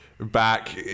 back